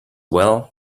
well